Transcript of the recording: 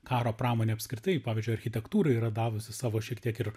karo pramonė apskritai pavyzdžiui architektūrai yra davusi savo šiek tiek ir